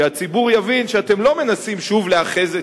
שהציבור יבין שאתם לא מנסים שוב לאחז את